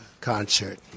concert